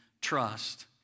trust